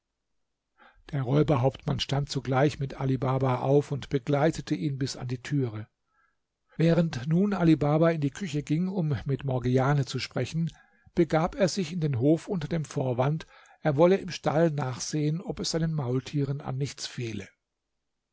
der räuberhauptmann stand zugleich mit ali baba auf und begleitete ihn bis an die türe während nun ali baba in die küche ging um mit morgiane zu sprechen begab er sich in den hof unter dem vorwand er wolle im stall nachsehen ob es seinen maultieren an nichts fehle